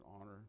honor